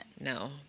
No